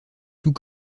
tout